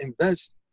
invest